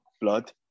blood